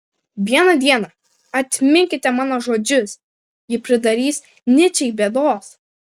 vieną dieną atminkite mano žodžius ji pridarys nyčei bėdos